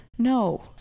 No